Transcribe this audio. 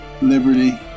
liberty